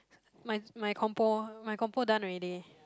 my my compo my compo done already